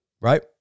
right